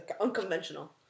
unconventional